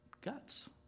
guts